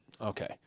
okay